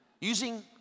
Using